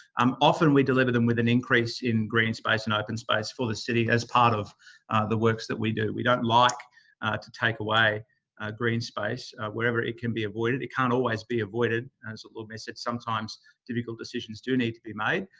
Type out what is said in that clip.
um often we deliver them with an increase in green space and open space for the city, as part of the works that we do. we don't like to take away green space, wherever it can be avoided. it can't always be avoided, as the lord mayor said. sometimes difficult decisions do need to be made.